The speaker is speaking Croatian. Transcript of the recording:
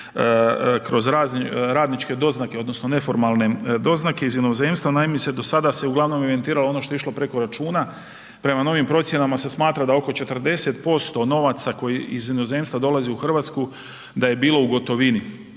kroz radničke doznake odnosno neformalne doznake iz inozemstva. Naime, do sada se uglavnom evidentiralo ono što je išlo preko računa, prema novim procjenama se smatra da oko 40% novaca koji iz inozemstva dolazi u Hrvatsku da je bilo u gotovini